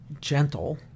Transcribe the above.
gentle